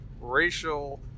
racial